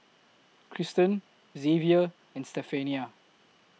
Kristen Zavier and Stephania